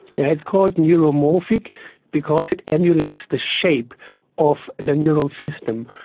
yeah it's called neuromorphic because it emulates the shape of the neural system.